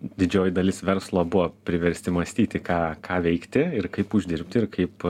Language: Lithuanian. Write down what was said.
didžioji dalis verslo buvo priversti mąstyti ką ką veikti ir kaip uždirbti ir kaip